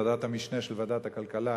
ועדת המשנה של ועדת הכלכלה,